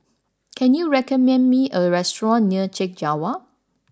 can you recommend me a restaurant near Chek Jawa